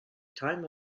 time